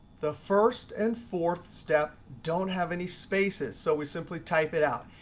the first and fourth step don't have any spaces, so we simply type it out.